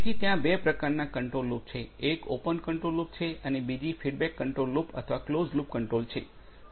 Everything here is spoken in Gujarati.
તેથી ત્યાં બે પ્રકારના કંટ્રોલ લૂપ છે એક ઓપન કંટ્રોલ લૂપ છે અને બીજી ફીડબેક કંટ્રોલ અથવા કલોઝડ લૂપ કંટ્રોલ છે